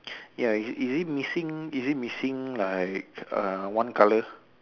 ya is it is it missing is it missing like uh one colour